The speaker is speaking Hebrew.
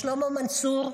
לשלמה מנצור,